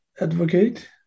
advocate